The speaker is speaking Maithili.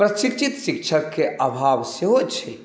प्रशिक्षित शिक्षकके अभाव सेहो छै